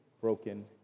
broken